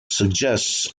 suggests